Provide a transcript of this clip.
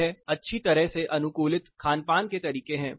यह अच्छी तरह से अनुकूलित खान पान के तरीके हैं